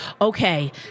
Okay